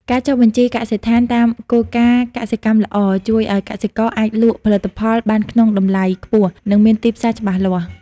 ការចុះបញ្ជីកសិដ្ឋានតាមគោលការណ៍កសិកម្មល្អ ជួយឱ្យកសិករអាចលក់កសិផលបានក្នុងតម្លៃខ្ពស់ និងមានទីផ្សារច្បាស់លាស់។